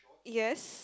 yes